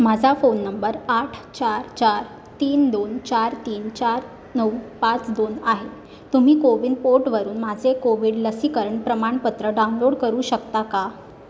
माझा phone number आठ चार चार तीन दोन चार तीन चार नऊ पाच दोन आहे तुम्ही कोविन पोर्टवरून माझे कोविड लसीकरण प्रमाणपत्र डाउनलोड करू शकता का